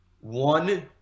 one